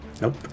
Nope